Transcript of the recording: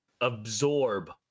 absorb